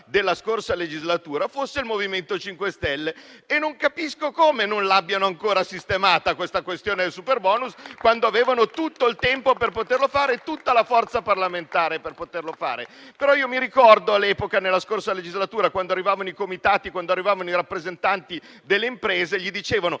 della scorsa legislatura fosse il MoVimento 5 Stelle. E non capisco perché non abbiano ancora sistemato la questione del superbonus, quando avevano tutto il tempo per poterlo fare; tutta la forza parlamentare poteva farlo. Io ricordo, però, che all'epoca, nella scorsa legislatura, quando arrivavano i comitati e i rappresentanti delle imprese a chiedere